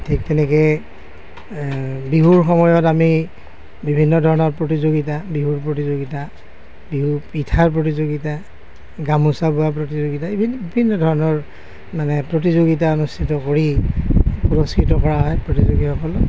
ঠিক তেনেকে বিহুৰ সময়ত আমি বিভিন্ন ধৰণৰ প্ৰতিযোগিতা বিহুৰ প্ৰতিযোগিতা বিহুৰ পিঠাৰ প্ৰতিযোগিতা গামোচা বোৱা প্ৰতিযোগিতা বিভিন্ন ধৰণৰ মানে প্ৰতিযোগিতা অনুষ্ঠিত কৰি পুৰস্কৃত কৰা হয় প্ৰতিযোগীসকলক